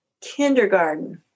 kindergarten